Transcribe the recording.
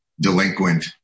delinquent